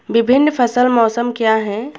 विभिन्न फसल मौसम क्या हैं?